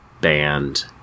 band